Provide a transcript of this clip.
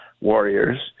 Warriors